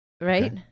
Right